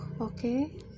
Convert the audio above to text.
okay